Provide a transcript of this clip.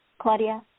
Claudia